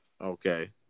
Okay